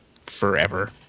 forever